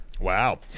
Wow